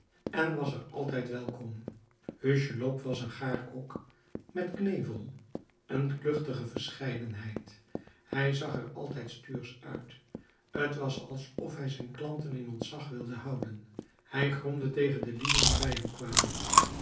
en was er altijd welkom hucheloup was een gaarkok met knevel een kluchtige verscheidenheid hij zag er altijd stuursch uit t was alsof hij zijn klanten in ontzag wilde houden hij gromde tegen de lieden die bij hem kwamen